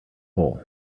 hole